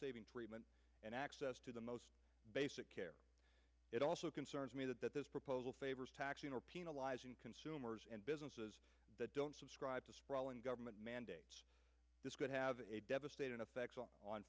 saving treatment and access to the most basic care it also concerns me that this proposal favors taxing or penalizing consumers and businesses that don't subscribe to government mandates this could have a devastating effect on